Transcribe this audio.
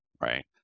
Right